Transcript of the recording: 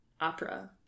opera